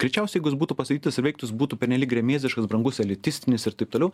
greičiausiai jeigu jis būtų pastatytas ir veiktų jis būtų pernelyg gremėzdiškas brangus elitistinis ir taip toliau